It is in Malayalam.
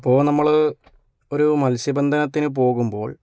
ഇപ്പോൾ നമ്മള്ള് ഒരു മത്സ്യബന്ധനത്തിന് പോകുമ്പോൾ